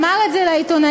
אמר את זה לעיתונאים,